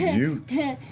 you